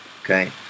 Okay